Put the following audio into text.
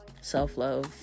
Self-love